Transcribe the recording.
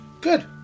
Good